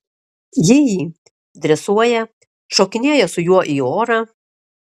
ji jį dresuoja šokinėja su juo į orą